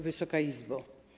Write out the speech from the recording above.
Wysoka Izbo!